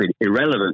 irrelevant